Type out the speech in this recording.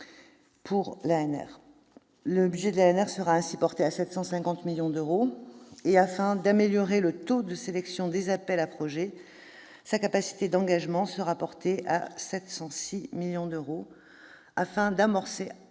Le budget de l'ANR sera ainsi porté à 750 millions d'euros. Et, afin d'améliorer le taux de sélection des appels à projets, sa capacité d'engagements sera portée à 706 millions d'euros, afin d'amorcer le